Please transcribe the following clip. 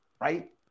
right